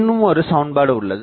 இன்னுமொரு சமன்பாடு உள்ளது